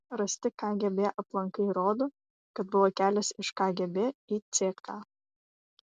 rasti kgb aplankai rodo kad buvo kelias iš kgb į ck